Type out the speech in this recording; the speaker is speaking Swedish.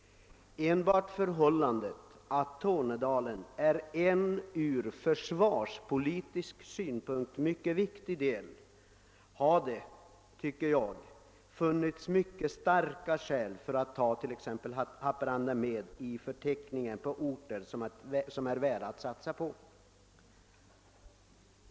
Enbart det förhållandet att Tornedalen utgör en från försvarspolitisk synpunkt mycket viktig del av landet är, tycker jag, ett mycket starkt skäl för att ta t.ex. Haparanda med i förteckningen på orter som är värda att satsa på.